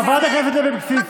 תודה, חברת הכנסת לוי אבקסיס.